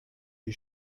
die